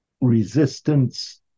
resistance